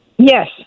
Yes